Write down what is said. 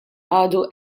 għadu